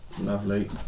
lovely